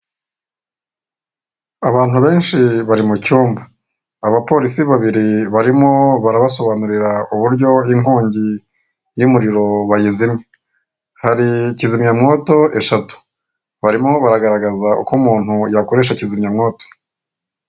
Abantu benshi bari mucyumba abapolisi babiri barimo baraba sobanurira uburyo inkongi y'umuriro bayizimya hari kizimyamwoto eshatu barimo baragaragaza uko umuntu yakoresha kizimya mwoto.